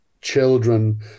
children